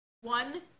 one